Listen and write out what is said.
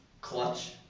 clutch